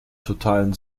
totalen